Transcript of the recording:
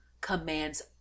commands